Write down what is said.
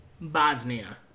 Bosnia